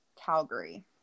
Calgary